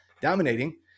dominating